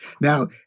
Now